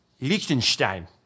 Liechtenstein